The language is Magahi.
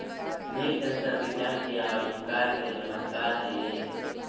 लीफ सेंसर विज्ञान के आविष्कार के चमत्कार हेयऽ